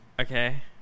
Okay